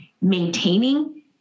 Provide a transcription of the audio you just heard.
maintaining